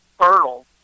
fertile